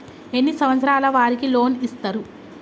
ఎన్ని సంవత్సరాల వారికి లోన్ ఇస్తరు?